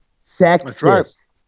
Sexist